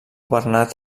bernat